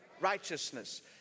Righteousness